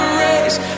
race